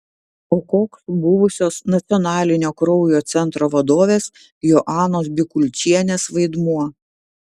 o koks buvusios nacionalinio kraujo centro vadovės joanos bikulčienės vaidmuo